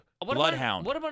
bloodhound